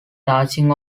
touching